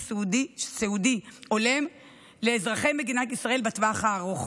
סיעודי הולם לאזרחי מדינת ישראל בטווח הארוך.